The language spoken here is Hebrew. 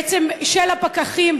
בעצם של הפקחים,